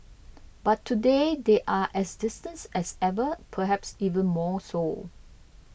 but today they are as distance as ever perhaps even more so